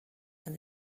and